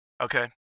Okay